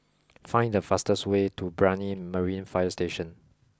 find the fastest way to Brani Marine Fire Station